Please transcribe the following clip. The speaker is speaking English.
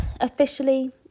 officially